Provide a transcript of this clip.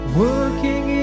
working